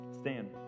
Stand